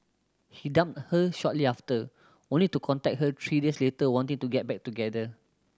he dumped her shortly after only to contact her three days later wanting to get back together